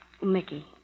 Mickey